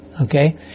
Okay